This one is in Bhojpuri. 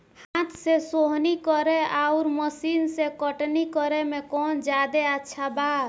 हाथ से सोहनी करे आउर मशीन से कटनी करे मे कौन जादे अच्छा बा?